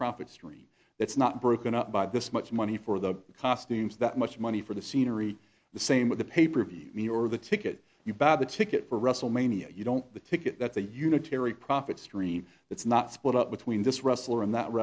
profit stream that's not broken up by this much money for the costumes that much money for the scenery the same with the paper of you me or the ticket you bought the ticket for wrestle mania you don't the ticket that's a unitary profit stream it's not split up between this wrestler and that